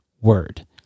word